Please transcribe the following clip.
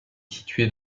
situé